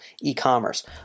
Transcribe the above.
e-commerce